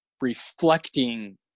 reflecting